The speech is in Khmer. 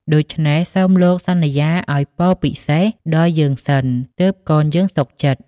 ដូច្នេះ សូមលោកសន្យាឱ្យពរពិសេសដល់យើងសិនទើបកនយើងសុខចិត្ត។